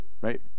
Right